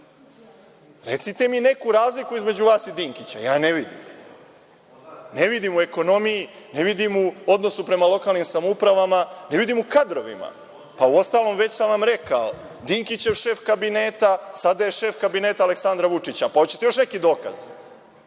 mi neku razliku između vas i Dinkića. Ja je ne vidim. Ne vidim u ekonomiji, ne vidim u odnosu prema lokalnim samoupravama, ne vidim u kadrovima. Uostalom, već sam vam rekao, Dinkićev šef kabineta, sada je šef kabineta Aleksandra Vučića. Hoćete još neki dokaz.